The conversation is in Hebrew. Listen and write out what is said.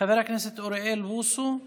חבר הכנסת אוריאל בוסו,